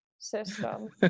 System